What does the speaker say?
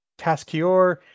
Taskior